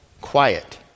quiet